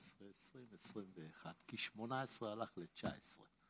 2019, 2020, 2021, כי 2018 הלך ל-2019.